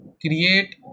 create